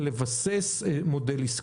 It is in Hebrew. כדי לבסס מודל עסקי.